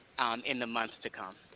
in the months to come.